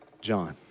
John